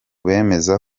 bemeza